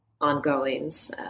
ongoings